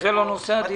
אבל זה לא נושא הדיון.